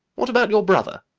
what about your brother?